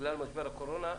בגלל משבר הקורונה,